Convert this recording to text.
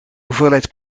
hoeveelheid